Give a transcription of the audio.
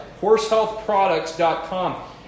horsehealthproducts.com